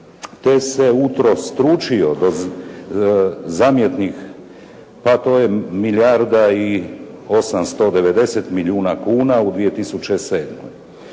te se utrostručio do zamjetnih, pa to je milijarda i 890 milijuna kuna u 2007.